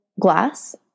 glass